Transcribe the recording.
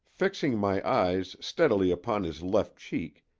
fixing my eyes steadily upon his left cheek,